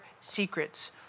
Secrets